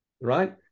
right